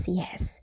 yes